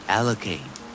Allocate